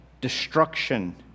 destruction